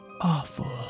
awful